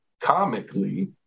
comically